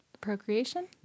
Procreation